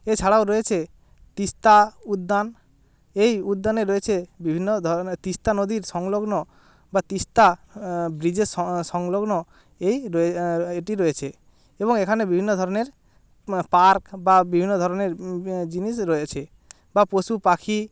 এছাড়াও রয়েছে তিস্তা উদ্যান এই উদ্যানে রয়েছে বিভিন্ন ধরনের তিস্তা নদীর সংলগ্ন বা তিস্তা ব্রিজের সংলগ্ন এই এটি রয়েছে এবং এখানে বিভিন্ন ধরনের পার্ক বা বিভিন্ন ধরনের জিনিস রয়েছে বা পশু পাখি